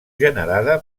generada